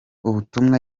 ubutumwa